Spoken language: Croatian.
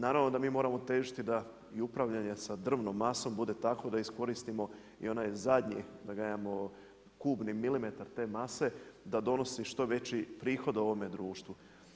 Naravno da mi moramo težiti da i upravljanje sa drvnom masom bude takvom da iskoristimo i onaj zadnji kubni milimetar te mase da donosi što veći prihod ovome društvu.